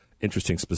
interesting